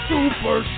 Super